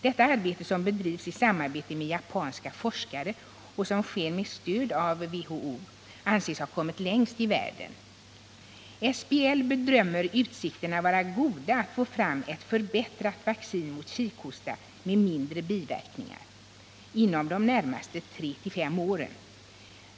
Detta arbete, som bedrivs i samarbete med japanska forskare och som sker med stöd av WHO, anses ha kommit längst i världen. SBL bedömer utsikterna vara goda att inom de närmaste 3-5 åren få fram ett förbättrat vaccin mot kikhosta med mindre biverkningar.